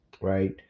right